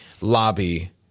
lobby